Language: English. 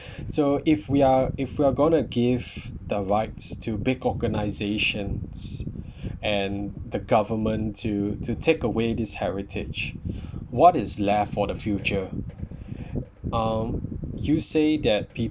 so if we're if we're gonna give the rights to big organiaations and the government to to take away this heritage what is left for the future um you say that